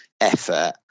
effort